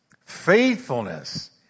faithfulness